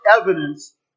evidence